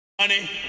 Money